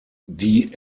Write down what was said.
die